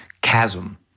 chasm